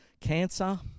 cancer